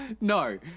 no